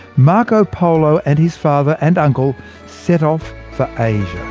marco polo and his father and uncle set off for asia.